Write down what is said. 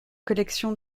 collections